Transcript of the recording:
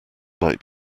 might